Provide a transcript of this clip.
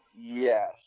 Yes